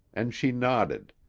and she nodded.